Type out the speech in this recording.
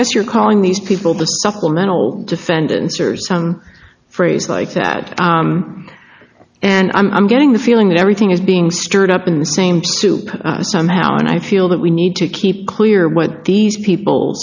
guess you're calling these people the supplemental defendants or some phrase like that and i'm getting the feeling that everything is being stirred up in the same soup somehow and i feel that we need to keep clear what these people